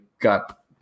got